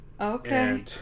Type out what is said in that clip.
okay